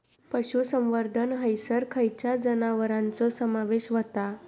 पशुसंवर्धन हैसर खैयच्या जनावरांचो समावेश व्हता?